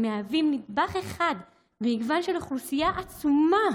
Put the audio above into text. הם מהווים נדבך אחד במגוון של אוכלוסייה עצומה